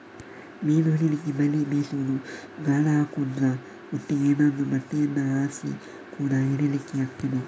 ಮೀನು ಹಿಡೀಲಿಕ್ಕೆ ಬಲೆ ಬೀಸುದು, ಗಾಳ ಹಾಕುದ್ರ ಒಟ್ಟಿಗೆ ಏನಾದ್ರೂ ಬಟ್ಟೆಯನ್ನ ಹಾಸಿ ಕೂಡಾ ಹಿಡೀಲಿಕ್ಕೆ ಆಗ್ತದೆ